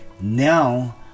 now